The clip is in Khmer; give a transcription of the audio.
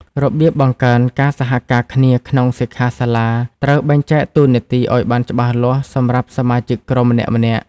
របៀបបង្កើនការសហការគ្នាក្នុងសិក្ខាសាលាត្រូវបែងចែកតួនាទីឲ្យបានច្បាស់លាស់សម្រាប់សមាជិកក្រុមម្នាក់ៗ។